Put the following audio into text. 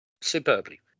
Superbly